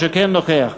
שכן נוכח.